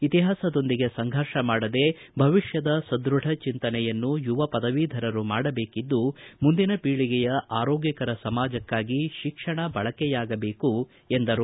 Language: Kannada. ಇತಿಹಾಸದೊಂದಿಗೆ ಸಂಘರ್ಷ ಮಾಡದೇ ಭವಿಷ್ಯದ ಸದೃಢ ಚಿಂತನೆಯನ್ನು ಯುವ ಪದವೀಧರರು ಮಾಡಬೇಕಿದ್ದು ಮುಂದಿನ ಪೀಳಗೆಯ ಆರೋಗ್ಯಕರ ಸಮಾಜಕಾಗಿ ಶಿಕ್ಷಣ ಬಳಕೆಯಾಗಬೇಕು ಎಂದರು